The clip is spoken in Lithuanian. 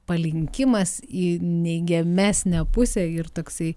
palinkimas į neigiamesnę pusę ir toksai